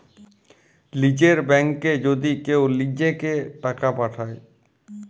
লীযের ব্যাংকে যদি কেউ লিজেঁকে টাকা পাঠায়